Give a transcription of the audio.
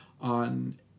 on